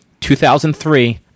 2003